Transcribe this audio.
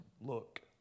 look